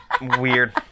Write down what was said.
Weird